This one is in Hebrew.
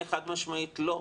בעיניי חד משמעית לא,